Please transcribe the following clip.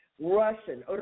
Russian